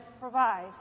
provide